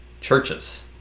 churches